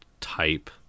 type